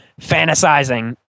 fantasizing